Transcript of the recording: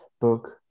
book